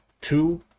Two